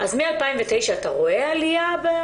אז מ-2009 אתה רואה עלייה?